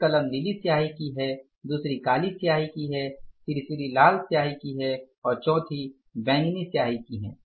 एक कलम नीली स्याही की है दूसरी काली स्याही की है तीसरी लाल स्याही की है और चौथी बैंगनी स्याही की है